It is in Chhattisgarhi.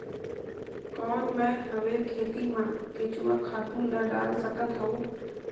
कौन मैं हवे खेती मा केचुआ खातु ला डाल सकत हवो?